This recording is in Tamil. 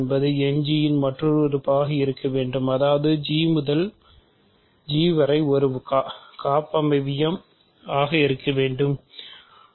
என்பது End இன் மற்றொரு உறுப்பாக இருக்க வேண்டும் அதாவது இது G முதல் G வரை ஒரு கப்பமைவியம் ஆக இருக்க வேண்டும் அது என்ன